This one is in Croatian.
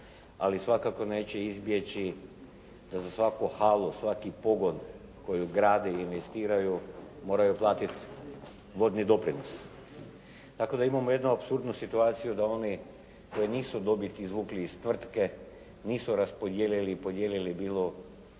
ali svakako neće izbjeći da za svaku halu, svaki pogon koji grade i investiraju moraju platiti vodni doprinos tako da imamo jednu apsurdnu situaciju da oni koji nisu dobit izvukli iz tvrtke nisu raspodijelili i podijelili bilo